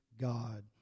God